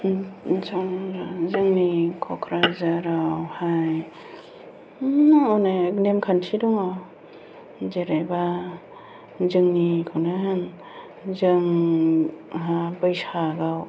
जोंनि क'क्राझारावहाय अनेक नेमखान्थि दङ जेनेबा जोंनिखौनो होन जोंहा बैसागुआव